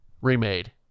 remade